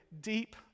deep